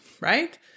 right